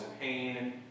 pain